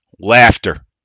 laughter